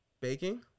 Baking